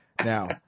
Now